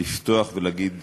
לפתוח ולהגיד